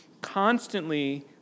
constantly